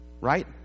Right